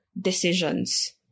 decisions